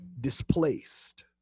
displaced